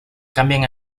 cambian